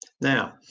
Now